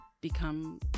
become